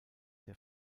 der